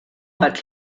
hat